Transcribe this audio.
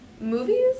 Movies